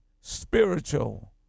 spiritual